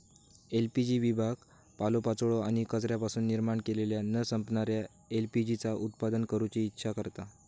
LPG विभाग पालोपाचोळो आणि कचऱ्यापासून निर्माण केलेल्या न संपणाऱ्या एल.पी.जी चा उत्पादन करूची इच्छा करता